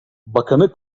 bakanı